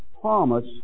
promise